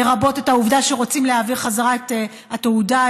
לרבות העובדה שרוצים להעביר בחזרה את התעודה,